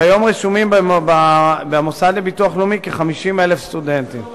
כיום רשומים במוסד לביטוח לאומי כ-50,000 סטודנטים.